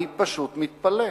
אני פשוט מתפלא.